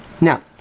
now